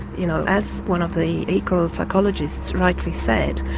you know as one of the ecopsychologists rightly said,